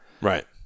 Right